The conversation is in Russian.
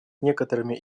некоторыми